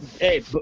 hey